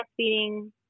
breastfeeding